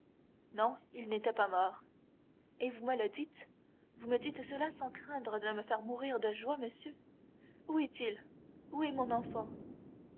non il n'était pas mort et vous me le dites vous me dites cela sans craindre de me faire mourir de joie monsieur où est-il où est mon enfant